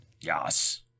Yes